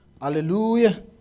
Hallelujah